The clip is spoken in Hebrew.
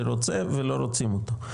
שרוצה ולא רוצים אותה.